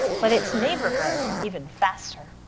but it's neighbor grows even faster.